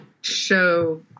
show